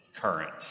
current